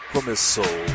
Começou